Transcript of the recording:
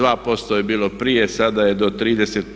2% je bilo prije sada je do 30%